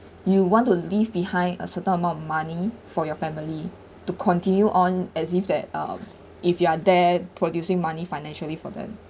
you want to leave behind a certain amount of money for your family to continue on as if that um if you are there producing money financially for them